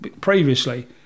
Previously